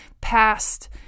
past